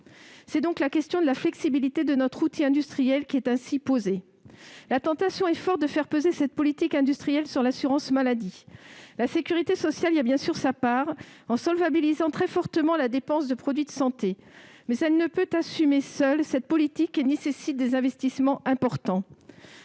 C'est donc la question de la flexibilité de notre outil industriel qui est ainsi posée. La tentation est forte de faire peser cette politique industrielle sur l'assurance maladie. La sécurité sociale y prend bien sûr sa part, en solvabilisant très fortement la dépense de produits de santé. Mais elle ne peut assumer seule cette politique, qui nécessite des investissements importants.